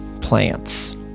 plants